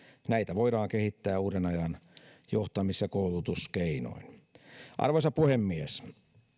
näitä voidaan kehittää uuden ajan johtamis ja koulutuskeinoin arvoisa puhemies